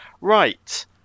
Right